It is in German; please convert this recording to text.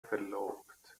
verlobt